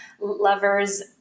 lovers